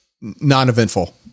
non-eventful